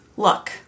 look